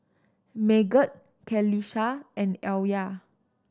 Megat Qalisha and Alya